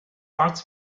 arts